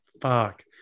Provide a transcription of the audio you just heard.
Fuck